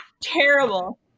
Terrible